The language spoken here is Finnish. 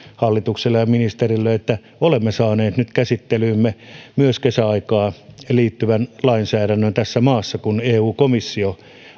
hallitukselle ja ministerille että olemme saaneet nyt käsittelyymme myös kesäaikaan liittyvän lainsäädännön tässä maassa kun eu komissio